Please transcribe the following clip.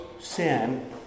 sin